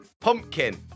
Pumpkin